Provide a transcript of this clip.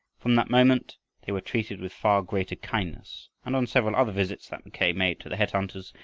from that moment they were treated with far greater kindness, and on several other visits that mackay made to the head-hunters,